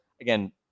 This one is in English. Again